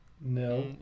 no